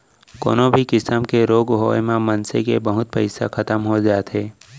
कोनो भी किसम के रोग होय म मनसे के बहुत पइसा खतम हो जाथे